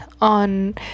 on